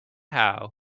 how